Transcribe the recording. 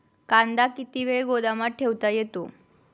कांदा किती वेळ गोदामात ठेवता येतो?